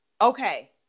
Okay